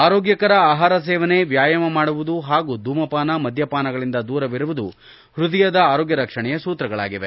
ಆರೋಗ್ಯಕರ ಆಹಾರ ಸೇವನೆ ವ್ಯಾಯಾಮ ಮಾಡುವುದು ಪಾಗೂ ಧೂಮಪಾನ ಮದ್ಯಪಾನಗಳಿಂದ ದೂರವಿರುವುದು ಪ್ಯದಯದ ಆರೋಗ್ಯ ರಕ್ಷಣೆಯ ಸೂತ್ರಗಳಾಗಿವೆ